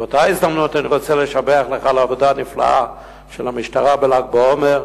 ובאותה הזדמנות אני רוצה לשבח את העבודה הנפלאה של המשטרה בל"ג בעומר,